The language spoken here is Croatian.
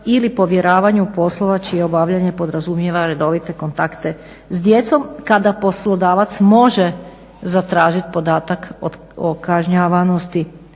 ili povjeravanju poslova čije obavljanje podrazumijeva redovite kontakte s djecom kada poslodavac može zatražiti podatak o kažnjavanosti